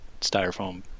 styrofoam